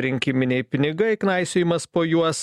rinkiminiai pinigai knaisiojimas po juos